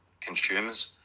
consumers